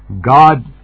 God